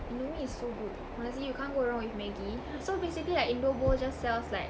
Indomie is so good must be you can't go wrong with Maggi so basically like indobowl just sells like